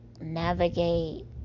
navigate